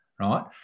right